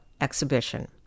exhibition